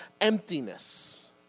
emptiness